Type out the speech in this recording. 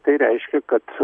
tai reiškia kad